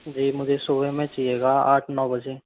जी मुझे सुबह में चाहिएगा आठ नौ बजे